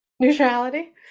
neutrality